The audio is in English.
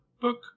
book